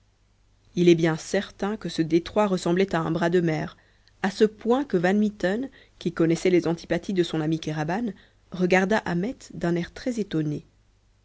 il est bien certain que ce détroit ressemblait à un bras de mer à ce point que van mitten qui connaissait les antipathies de son ami kéraban regarda ahmet d'un air très étonné